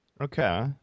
okay